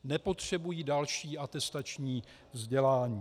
Nepotřebují další atestační vzdělání.